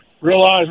realize